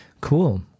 Cool